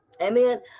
Amen